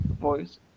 voice